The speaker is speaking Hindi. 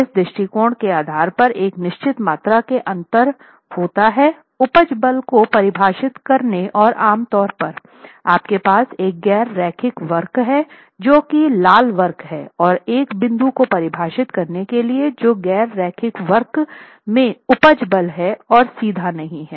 इस दृष्टिकोण के आधार पर एक निश्चित मात्रा में अंतर होता है उपज बल को परिभाषित करने और आम तौर पर आपके पास एक गैर रैखिक वक्र है जो कि लाल वक्र है और एक बिंदु को परिभाषित करने के लिए जो गैर रैखिक वक्र में उपज बल हैं और सीधा नहीं है